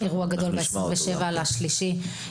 ב-27 למרץ,